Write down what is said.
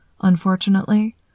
Unfortunately